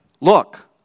Look